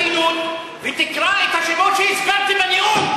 קצת הגינות ותקרא את השמות שהזכרתי בנאום.